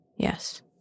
Yes